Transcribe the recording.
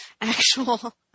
actual